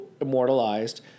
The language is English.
immortalized